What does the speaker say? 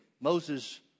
Moses